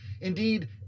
Indeed